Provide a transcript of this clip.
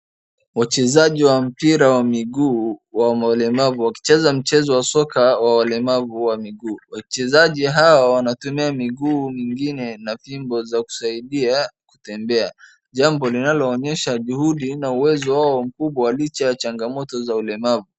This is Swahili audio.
Wachezaji wa mpira wa miguu wa walemavu wakicheza mchezo wa soka wa ulemavu wa miguu. wachezaji hawa wanatumia miguu miingine na fimbo za kusaidia kutembea. Jambo linaloonyesha juhudi na uwezo wao mkubwa licha ya changamoto za ulemavu.